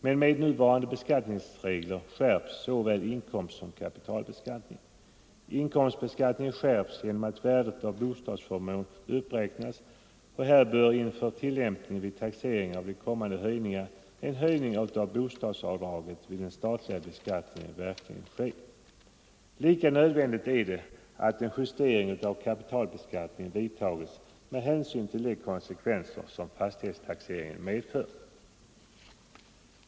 Med nuvarande beskattningsregler skärps såväl inkomstsom kapitalbeskattningen. Inkomstbeskattningen skärps genom att värdet av bostadsförmån uppräknas, och här bör inför tillämpningen vid taxering av de kommande höjningarna en höjning av bostadsavdraget vid den statliga beskattningen verkligen ske. Lika nödvändigt är det att en justering av kapitalbeskattningen vidtages med hänsyn till de konsekvenser som fastighetstaxeringen medför.